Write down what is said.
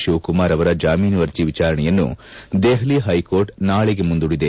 ಶಿವಕುಮಾರ್ ಅವರ ಜಾಮೀನು ಅರ್ಜೆ ವಿಚಾರಣೆಯನ್ನು ದೆಹಲಿ ಹೈಕೋರ್ಟ್ ನಾಳೆಗೆ ಮುಂದೂಡಿದೆ